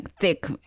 thick